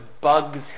bugs